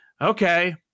okay